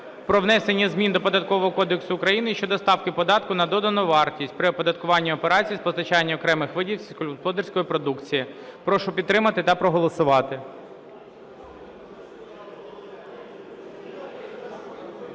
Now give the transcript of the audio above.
кодексу України щодо ставки податку на додану вартість при оподаткуванні операцій з постачання окремих видів сільськогосподарської продукції. Прошу підтримати та проголосувати.